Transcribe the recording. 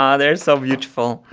ah they're so beautiful!